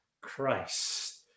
Christ